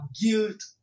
guilt